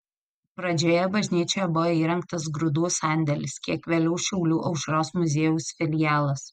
pradžioje bažnyčioje buvo įrengtas grūdų sandėlis kiek vėliau šiaulių aušros muziejaus filialas